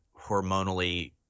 hormonally